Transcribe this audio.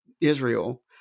Israel